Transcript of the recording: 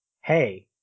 Hey